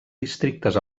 districtes